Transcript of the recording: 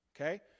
okay